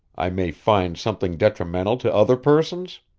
i may find something detrimental to other persons?